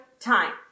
time